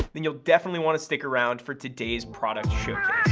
then you'll definitely want to stick around for today's product showcase!